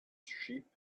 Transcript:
sheep